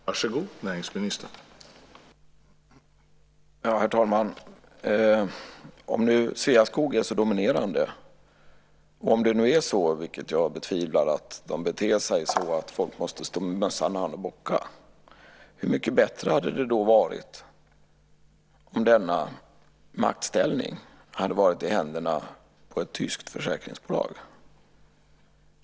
Herr talman! Om nu Sveaskog är så dominerande, om de beter sig, vilket jag betvivlar, så att folk måste stå med mössan i hand och bocka, hur mycket bättre hade det då varit om denna maktställning hade varit i händerna på ett tyskt försäkringsbolag?